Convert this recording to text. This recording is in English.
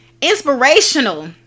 Inspirational